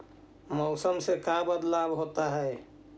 मौसम से का बदलाव होता है?